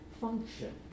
function